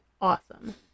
awesome